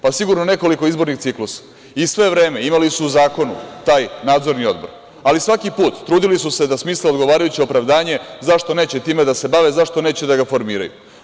Pa, sigurno nekoliko izbornih ciklusa i sve vreme imali su zakon, taj Nadzorni odbor, ali svaki put trudili su se da smisle odgovarajuće opravdanje zašto neće time da se bave, zašto neće da ga formiraju.